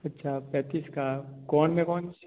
अच्छा पैंतीस का कोन में कौन